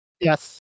Yes